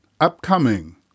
upcoming